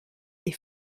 est